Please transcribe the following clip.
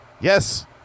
yes